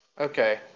Okay